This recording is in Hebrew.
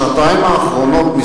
מה שחדש,